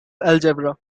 algebra